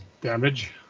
damage